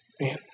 Man